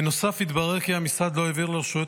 בנוסף התברר כי המשרד לא העביר לרשויות